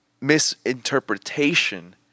misinterpretation